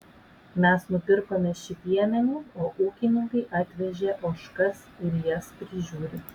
mes nupirkome šį piemenį o ūkininkai atvežė ožkas ir jas prižiūri